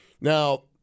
Now